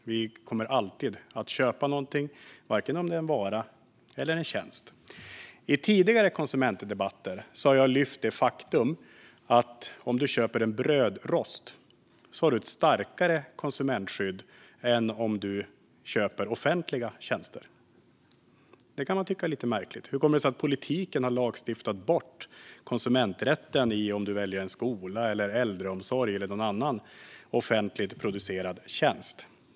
Vi kommer alltid att köpa någonting, vare sig det är en vara eller en tjänst. I tidigare konsumentdebatter har jag lyft det faktum att om du köper en brödrost har du ett starkare konsumentskydd än om du köper offentliga tjänster. Det kan man tycka är lite märkligt. Hur kommer det sig att politiken har lagstiftat bort konsumenträtten när du väljer skola, äldreomsorg eller någon annan offentligt producerad tjänst?